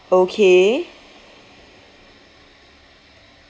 okay